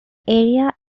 area